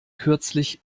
kürzlich